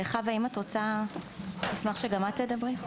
חוה, אם את רוצה, אני אשמח שגם את תדברי.